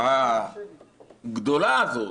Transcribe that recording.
הגדולה הזו,